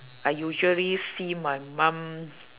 I usually see my mum